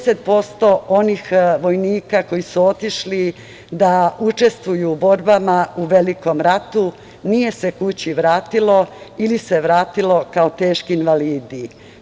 Šezdeset posto onih vojnika koji su otišli da učestvuju u borbama u Velikom ratu nije se kući vratilo ili se vratilo kao teški invalidi.